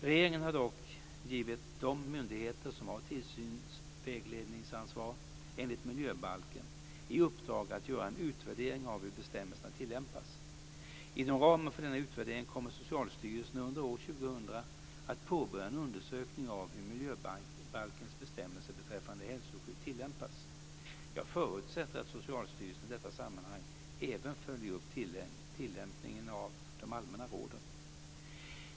Regeringen har dock givit de myndigheter som har tillsynsvägledningsansvar enligt miljöbalken i uppdrag att göra en utvärdering av hur bestämmelserna tillämpas. Inom ramen för denna utvärdering kommer Socialstyrelsen under år 2000 att påbörja en undersökning av hur miljöbalkens bestämmelser beträffande hälsoskydd tillämpas. Jag förutsätter att Socialstyrelsen i detta sammanhang även följer upp tillämpningen av de allmänna råden.